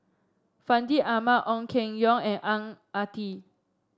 Fandi Ahmad Ong Keng Yong and Ang Ah Tee